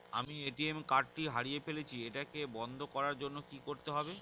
আমি ATM card টি হারিয়ে ফেলেছি এটাকে বন্ধ করার জন্য কি করতে হবে?